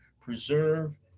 preserve